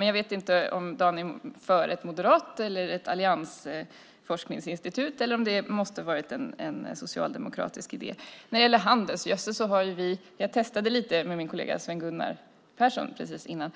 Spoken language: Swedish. Men jag vet inte om Dan är för ett forskningsinstitut som Moderaterna eller alliansen föreslår, eller om det måste vara en socialdemokratisk idé. När det gäller handelsgödsel talade jag lite grann med min kollega Sven Gunnar Persson före debatten.